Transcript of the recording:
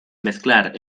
mezclar